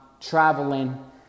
traveling